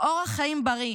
אורח חיים בריא,